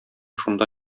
шунда